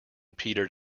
petered